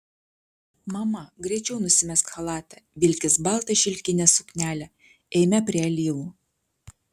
mama greičiau nusimesk chalatą vilkis baltą šilkinę suknelę eime prie alyvų